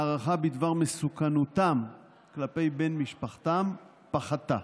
ההערכה מסוכנותם כלפי בן משפחתם פחתה.